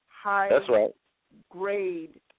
high-grade